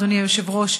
אדוני היושב-ראש,